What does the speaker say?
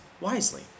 wisely